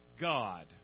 God